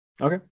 Okay